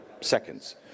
seconds